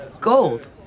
Gold